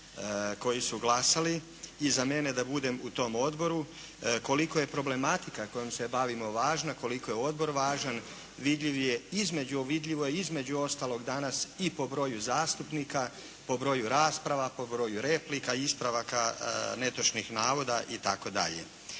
koji su glasali i za mene da budem u tom Odboru. Koliko je problematika kojom se bavimo važna, koliko je Odbor važan vidljivo je između ostaloga danas i po broju zastupnika, po broju rasprava, po broju replika i ispravaka netočnih navoda itd.